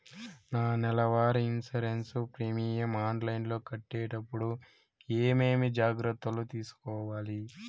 నా నెల వారి ఇన్సూరెన్సు ప్రీమియం ఆన్లైన్లో కట్టేటప్పుడు ఏమేమి జాగ్రత్త లు తీసుకోవాలి?